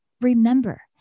remember